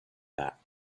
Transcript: that